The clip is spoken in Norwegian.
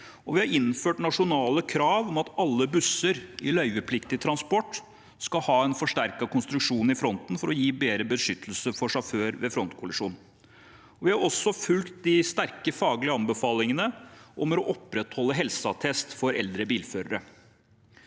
vi har innført nasjonale krav om at alle busser i løyvepliktig transport skal ha en forsterket konstruksjon i fronten for å gi bedre beskyttelse for sjåfør ved frontkollisjon. Vi har også fulgt de sterke faglige anbefalingene om å opprettholde helseattest for eldre bilførere.